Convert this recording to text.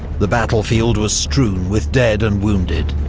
the battlefield was strewn with dead and wounded.